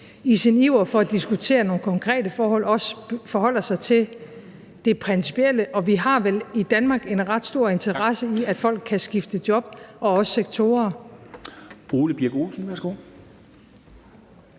i sin iver for at diskutere nogle konkrete forhold også forholder sig til det principielle, og vi har vel i Danmark en ret stor interesse i, at folk kan skifte job og også sektorer.